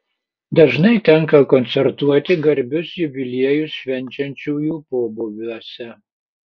dažnai tenka koncertuoti garbius jubiliejus švenčiančiųjų pobūviuose